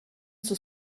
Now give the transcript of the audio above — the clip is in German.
zur